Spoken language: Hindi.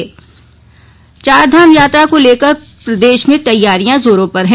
निरीक्षण चारधाम यात्रा को लेकर प्रदेश में तैयारियां जोरों पर हैं